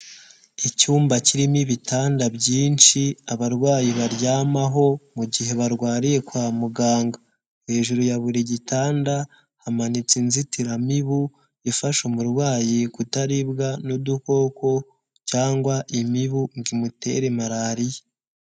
Icyumba kirimo ibitanda byinshi abarwayi baryamaho mu gihe barwariye kwa muganga, hejuru ya buri gitanda hamanitse inzitiramibu ifasha umurwayi kutaribwa n'udukoko cyangwa imibu ngo imutere Malariya.